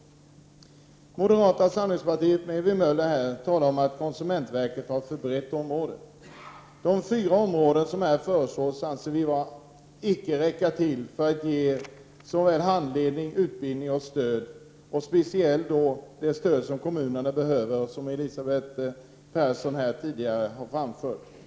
Ewy Möller säger att konsumentverket har ett för brett arbetsområde. De fyra områden som här föreslås anser vi inte räcker till för att ge handledning, utbildning och stöd, speciellt det stöd som kommunerna behöver enligt vad Elisabet Persson här tidigare framfört.